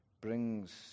brings